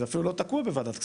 זה אפילו לא תקוע בוועדת כספים.